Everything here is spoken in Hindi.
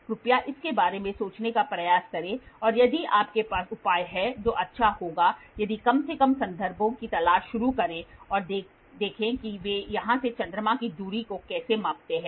कृपया इसके बारे में सोचने का प्रयास करें और यदि आपके पास उपाय हैं जो अच्छा होगा यदि कम से कम संदर्भों की तलाश शुरू करें और देखें कि वे यहां से चंद्रमा की दूरी को कैसे मापते हैं